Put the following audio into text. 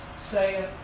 saith